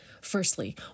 Firstly